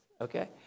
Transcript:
Okay